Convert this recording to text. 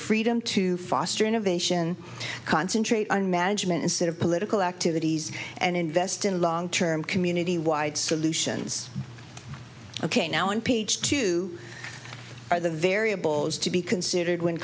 freedom to foster innovation concentrate on management instead of political activities and invest in long term community wide solutions ok now impeach two are the variables to be considered when